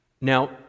Now